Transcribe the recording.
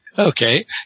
Okay